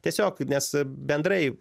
tiesiog nes bendrai